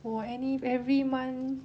我 any every month